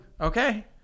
Okay